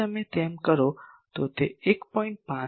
5 હશે